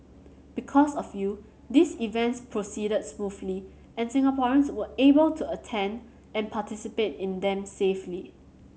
because of you these events proceeded smoothly and Singaporeans were able to attend and participate in them safely